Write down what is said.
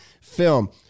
film